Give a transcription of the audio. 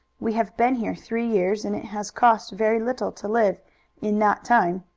we have been here three years, and it has cost very little to live in that time.